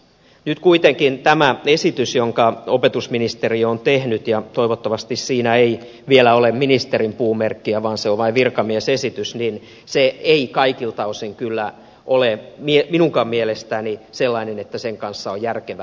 nyt kuitenkin tämä esitys jonka opetusministeri on tehnyt ja toivottavasti siinä ei vielä ole ministerin puumerkkiä vaan se on vain virkamiesesitys ei kaikilta osin kyllä ole minunkaan mielestäni sellainen että sen kanssa on järkevä edetä